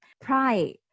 pride